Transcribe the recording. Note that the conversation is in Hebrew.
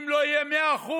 אם לא יהיה 100%,